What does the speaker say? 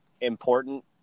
important